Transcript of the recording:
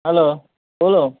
hello બોલો